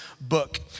book